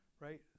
right